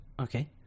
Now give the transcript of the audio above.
okay